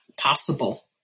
possible